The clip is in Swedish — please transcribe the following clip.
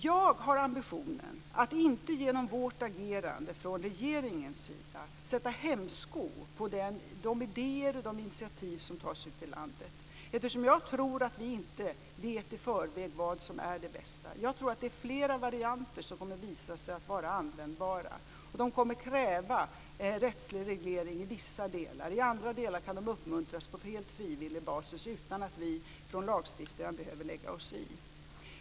Jag har ambitionen att regeringen genom sitt agerande inte skall sätta hämsko på de idéer och initiativ som tas ute i landet. Jag tror inte att vi i förväg vet vad som är det bästa, utan flera varianter kommer att visa sig vara användbara. De kommer att kräva rättslig reglering i vissa delar, medan de i andra delar kan uppmuntras på helt frivillig basis, utan att vi lagstiftare behöver lägga oss i.